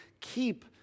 keep